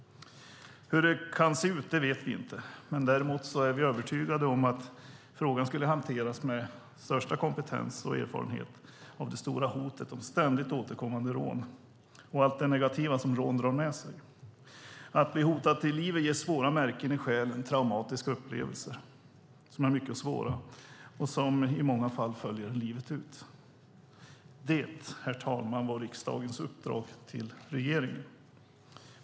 Hur det kan se ut vet vi inte. Däremot är vi övertygade om att frågan skulle hanteras med största kompetens och erfarenhet av det stora hotet om ständigt återkommande rån och allt det negativa som rån drar med sig. Att bli hotad till livet ger svåra märken i själen och traumatiska upplevelser som är mycket svåra och i många fall följer en livet ut. Detta, herr talman, var riksdagens uppdrag till regeringen.